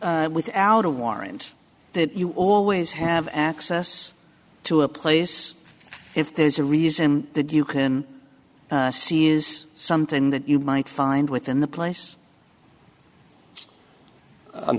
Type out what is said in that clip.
without a warrant that you always have access to a place if there's a reason that you can see is something that you might find within the place i'm